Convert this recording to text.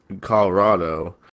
Colorado